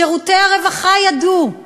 שירותי הרווחה ידעו,